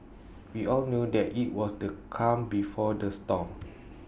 we all knew that IT was the calm before the storm